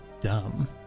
dumb